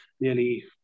nearly